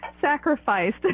sacrificed